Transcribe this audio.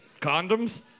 Condoms